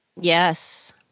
Yes